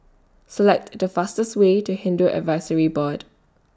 Select The fastest Way to Hindu Advisory Board